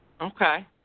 Okay